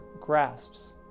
grasps